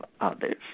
others